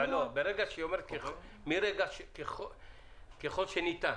היא אומרת ככל שניתן.